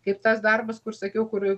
kaip tas darbas kur sakiau kur